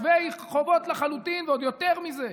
שווי חובות לחלוטין ועוד יותר מזה,